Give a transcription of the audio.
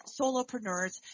solopreneurs